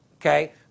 okay